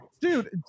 dude